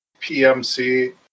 PMC